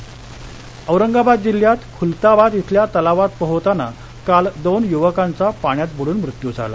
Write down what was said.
औरंगाबाद औरंगाबाद जिल्ह्यात खूलताबाद इथल्या तलावात पोहतांना काल दोन युवकांचा पाण्यात बुडून मृत्यू झाला